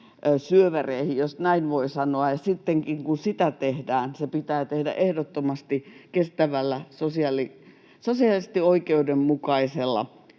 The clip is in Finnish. jos näin voi sanoa. Ja sittenkin, kun sitä tehdään, se pitää tehdä ehdottomasti kestävällä, sosiaalisesti oikeudenmukaisella